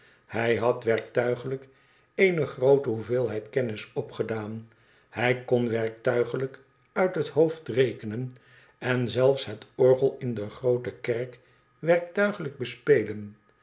hij had werktuiglijk eene groote hoeveelheid kennis opgedaan hij kon werktuiglijk uit het hoofd rekenen en zelfs het orgel in de groote kerk werktuiglijk bespelen